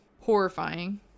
Horrifying